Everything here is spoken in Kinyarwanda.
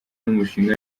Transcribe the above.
n’umushinga